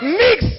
mix